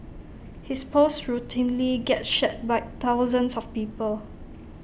his posts routinely get shared by thousands of people